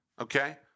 Okay